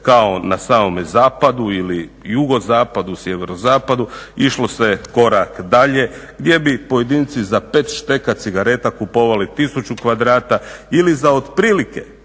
kao na samome zapadu ili jugozapadu, sjeverozapadu išlo se korak dalje gdje bi pojedinci za pet šteka cigareta kupovali tisuću kvadrata ili za otprilike